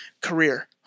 career